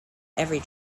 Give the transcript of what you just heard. every